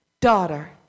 daughter